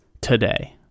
today